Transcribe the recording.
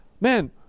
man